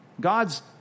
God's